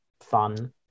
fun